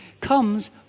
comes